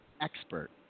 expert